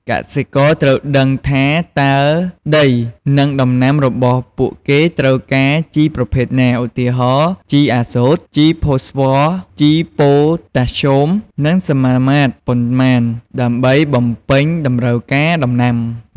កសិករត្រូវដឹងថាតើដី និងដំណាំរបស់ពួកគេត្រូវការជីប្រភេទណា ឧទាហរណ៍ ជីអាសូត ជីផូស្វ័រ ជីប៉ូតាស្យូម និងសមាមាត្រប៉ុន្មាន ដើម្បីបំពេញតម្រូវការដំណាំ។